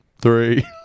Three